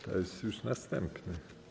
To jest już następny.